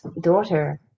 daughter